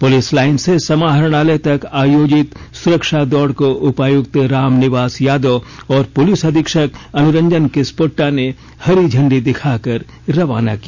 police line से समाहरणालय तक आयोजित सुरक्षा दौड़ को उपायुक्त रामनिवास यादव और पुलिस अधीक्षक अनुरंजन किस्पोट्टा ने हरी झंडी दिखाकर रवाना किया